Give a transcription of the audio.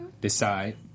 decide